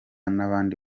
n’abandi